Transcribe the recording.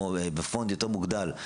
או בפונט יותר מוגדל,